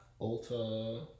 Ulta